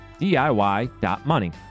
DIY.money